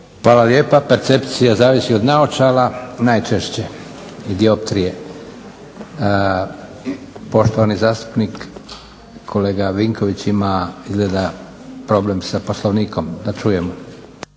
Hvala lijepa. Percepcija zavisi od naočala najčešće i dioptrije. Poštovani zastupnik kolega Vinković ima izgleda problem sa Poslovnikom. Da čujemo.